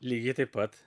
lygiai taip pat